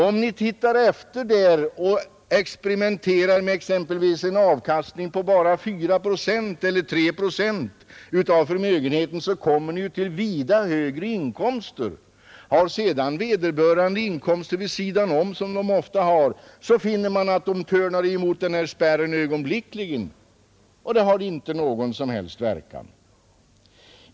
Om ni exempelvis experimenterar med en avkastning på bara 3 eller 4 procent av förmögenheten, så framgår det av tabellen att ni kommer till vida högre inkomster. Om vederbörande sedan har inkomster vid sidan om, som fallet ofta är, så törnar man ögonblickligen emot denna spärr, och det blir inte någon som helst verkan.